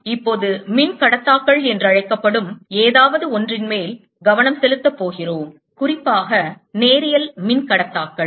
நாம் இப்போது மின்கடத்தாக்கள் என்று அழைக்கப்படும் ஏதாவது ஒன்றின்மேல் கவனம் செலுத்த போகிறோம் குறிப்பாக நேரியல் மின்கடத்தாக்கள்